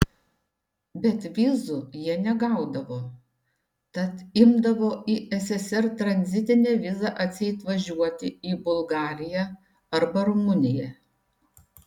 bet vizų jie negaudavo tad imdavo į sssr tranzitinę vizą atseit važiuoti į bulgariją arba rumuniją